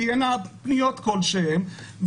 תהיינה פניות כלשהן.